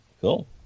Cool